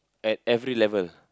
at every level